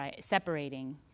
separating